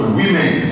women